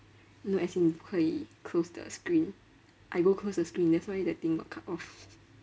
no as in 不可以 close the screen I go close the screen that's why the thing got cut off